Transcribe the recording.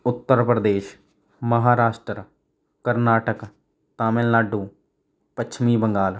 ਉੱਤਰ ਪ੍ਰਦੇਸ਼ ਮਹਾਰਾਸ਼ਟਰ ਕਰਨਾਟਕ ਤਾਮਿਲਨਾਡੂ ਪੱਛਮੀ ਬੰਗਾਲ